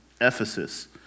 Ephesus